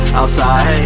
outside